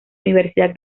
universidad